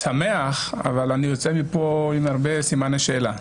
אבל אני יוצא מפה עם הרבה סימני שאלה.